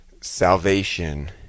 salvation